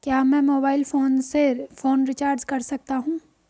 क्या मैं mobile phone से फोन रिचार्ज कर सकता हूं?